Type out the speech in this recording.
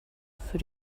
für